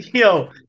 Yo